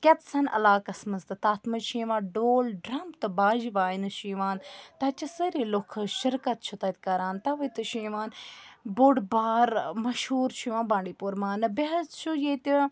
کیٚنٛژَن علاقَس مَنٛز تہٕ تَتھ منٛز چھِ یِوان ڈول ڈرٛم تہٕ باجہِ واینہٕ چھِ یِوان تَتہِ چھِ سٲری لوٗکھ حظ شِرکَت چھِ تَتہِ کَران تَؤے تہِ چھُ یِوان بوٚڑ بار مشہوٗر چھُ یِوان بانٛڈی پوٗر ماننہٕ بیٚیہِ حظ چھُ ییٚتہِ